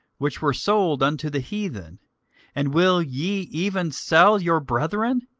which were sold unto the heathen and will ye even sell your brethren?